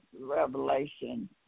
revelation